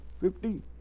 fifty